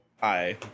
hi